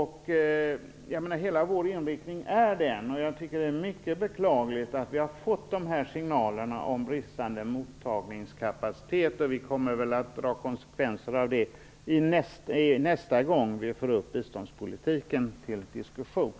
Hela vår inriktning är den, och jag tycker att det är mycket beklagligt att vi har fått de här signalerna om bristande mottagningskapacitet. Vi kommer väl att dra konsekvenser av det nästa gång vi får upp biståndspolitiken till diskussion.